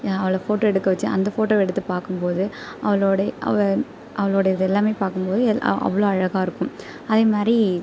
நான் அவளை போட்டோ எடுக்க வச்சேன் அந்த போட்டோவை எடுத்து பார்க்கும் போது அவளோட அவள் அவளுடையது எல்லாம் பார்க்கும் போது அவ்வளோ அழகாக இருக்கும் அதே மாதிரி